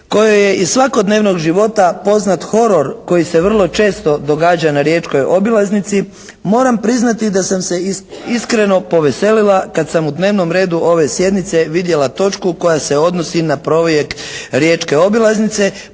kojoj je iz svakodnevnog života poznat horor koji se vrlo često događa na Riječkoj obilaznici, moram priznati da sam se iskreno poveselila kada sam u dnevnom redu ove sjednice vidjela točku koja se odnosi na projekt riječke obilaznice,